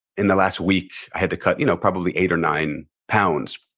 in the last week i had to cut you know probably eight or nine pounds,